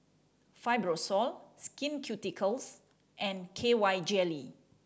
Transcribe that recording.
Fibrosol Skin Ceuticals and K Y Jelly